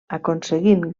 aconseguint